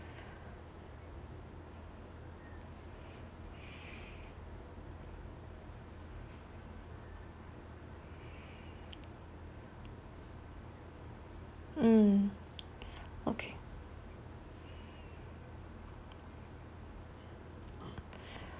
mm okay